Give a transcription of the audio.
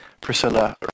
Priscilla